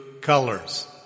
colors